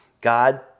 God